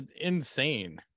insane